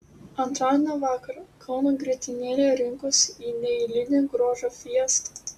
antradienio vakarą kauno grietinėlė rinkosi į neeilinę grožio fiestą